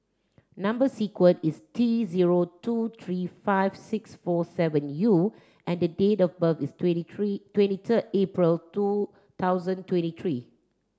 number sequence is T zero two three five six four seven U and the date of birth is twenty three twenty third April two thousand twenty three